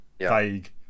vague